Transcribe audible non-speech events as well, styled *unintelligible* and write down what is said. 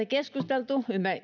*unintelligible* keskusteltu